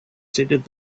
stated